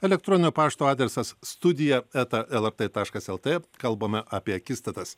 elektroninio pašto adresas studija eta lrt taškas lt kalbame apie akistatas